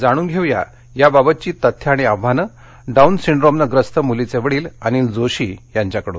जाणून घेऊया या बाबतची तथ्यं आणि आव्हानं डाऊन सिंड्रोमनं ग्रस्त मुलीचे वडील अनिल जोशी यांच्याकडून